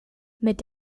mit